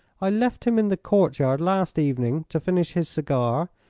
i left him in the courtyard last evening to finish his cigar,